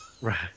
Right